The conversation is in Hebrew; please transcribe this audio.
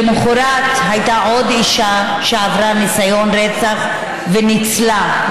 למוחרת הייתה עוד אישה שעברה ניסיון רצח וניצלה,